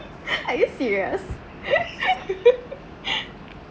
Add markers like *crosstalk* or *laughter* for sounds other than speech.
are you serious *laughs*